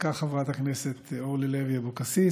צדקה חברת הכנסת אורלי לוי אבקסיס,